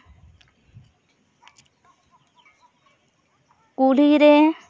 ᱠᱩᱞᱦᱤ ᱨᱮ